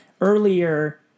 earlier